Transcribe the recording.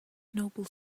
noble